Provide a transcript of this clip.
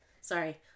sorry